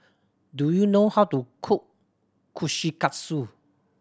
do you know how to cook Kushikatsu